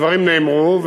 הדברים נאמרו,